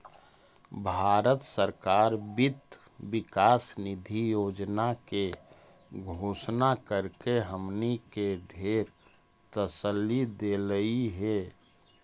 भारत सरकार वित्त विकास निधि योजना के घोषणा करके हमनी के ढेर तसल्ली देलई हे